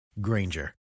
Granger